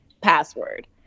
password